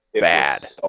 bad